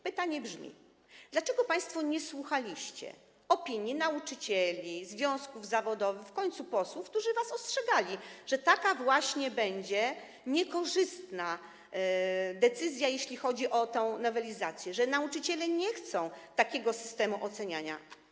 Pytanie brzmi: Dlaczego państwo nie słuchaliście opinii nauczycieli, związków zawodowych, w końcu posłów, którzy was ostrzegali, że taka właśnie niekorzystna będzie decyzja, jeśli chodzi o tę nowelizację, i że nauczyciele nie chcą takiego systemu oceniania?